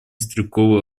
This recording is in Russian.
стрелкового